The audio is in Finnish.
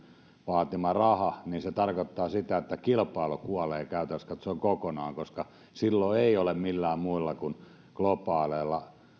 vaatima raha niin se tarkoittaa sitä että kilpailu kuolee käytännössä katsoen kokonaan koska silloin ei ole millään muilla kuin globaaleilla